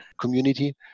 community